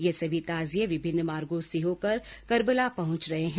ये सभी ताजिये विभिन्न मार्गो से होकर कर्बला पहुंच रहे हैं